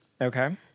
Okay